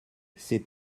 c’est